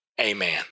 Amen